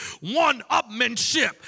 one-upmanship